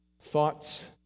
thoughts